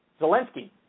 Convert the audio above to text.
Zelensky